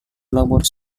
labour